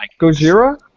Gojira